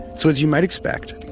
so as you might expect,